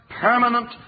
permanent